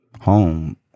home